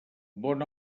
bon